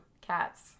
cats